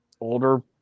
older